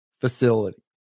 facility